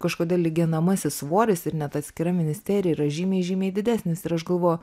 kažkodėl lyginamasis svoris ir net atskira ministerija yra žymiai žymiai didesnis ir aš galvoju